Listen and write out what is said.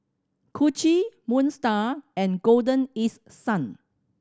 Gucci Moon Star and Golden East Sun